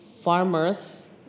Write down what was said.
farmers